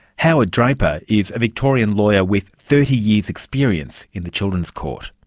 howard draper is a victorian lawyer with thirty years experience in the children's court.